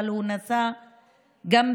אבל הוא נשא בליבו,